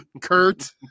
Kurt